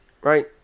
Right